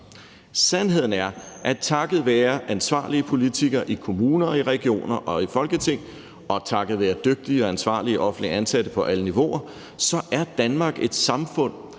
Sandheden er, at takket være ansvarlige politikere i kommuner, i regioner og i Folketing og takket være dygtige og ansvarlige offentligt ansatte på alle niveauer er Danmark et samfund,